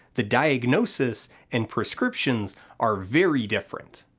the diagnosis and prescriptions are very different.